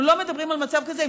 אנחנו לא מדברים על מצב כזה,